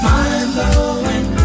Mind-blowing